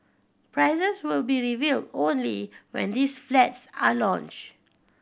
prices will be revealed only when these flats are launched